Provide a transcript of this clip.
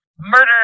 murder